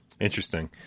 Interesting